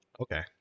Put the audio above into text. okay